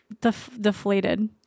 deflated